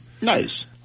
Nice